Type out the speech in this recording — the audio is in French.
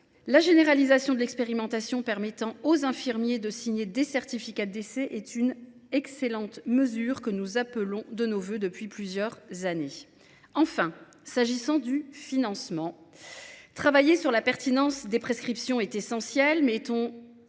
La généralisation de l’expérimentation permettant aux infirmiers de signer des certificats de décès est une excellente mesure, que nous appelons de nos vœux depuis plusieurs années. Enfin, je veux mentionner la question du financement. Travailler sur la pertinence des prescriptions est essentiel, mais